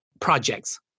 projects